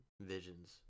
visions